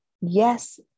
yes